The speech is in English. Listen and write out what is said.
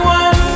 one